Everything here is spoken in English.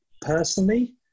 personally